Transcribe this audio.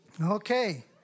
Okay